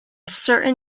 certain